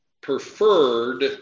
preferred